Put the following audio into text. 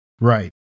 Right